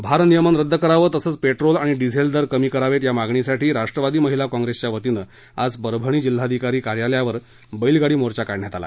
भार नियमन रद्द करावं तसंच पेट्रोल आणि डिझेल दर कमी करावेत या मागणीसाठी राष्ट्रवादी महिला कॉप्रेसच्यावतीनं आज परभणी जिल्ह्याधिकारी कार्यालयावर बैलगाडी मोर्चा काढण्यात आला